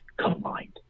combined